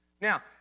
Now